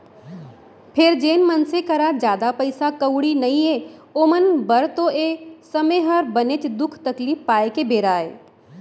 फेर जेन मनसे करा जादा पइसा कउड़ी नइये ओमन बर तो ए समे हर बनेच दुख तकलीफ पाए के बेरा अय